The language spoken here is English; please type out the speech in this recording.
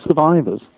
survivors